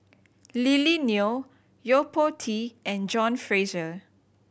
Lily Neo Yo Po Tee and John Fraser